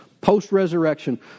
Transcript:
post-resurrection